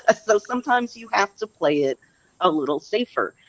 ah so sometimes you have to play it a little safer.